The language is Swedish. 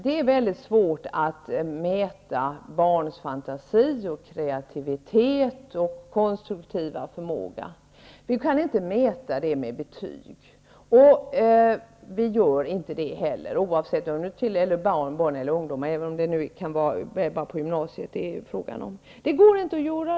Det är mycket svårt att mäta barns fantasi, kreativitet och konstruktiva förmåga. Det kan inte mätas med betyg, och det görs inte heller.